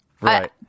Right